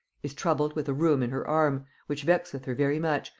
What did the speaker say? is troubled with a rheum in her arm, which vexeth her very much,